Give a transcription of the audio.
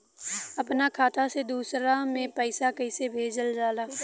अपना खाता से दूसरा में पैसा कईसे भेजल जाला?